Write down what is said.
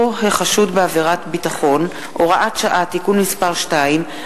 החשוד בעבירת ביטחון) (הוראת שעה) (תיקון מס' 2),